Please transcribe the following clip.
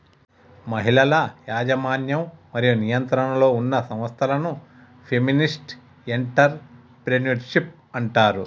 మహిళల యాజమాన్యం మరియు నియంత్రణలో ఉన్న సంస్థలను ఫెమినిస్ట్ ఎంటర్ ప్రెన్యూర్షిప్ అంటారు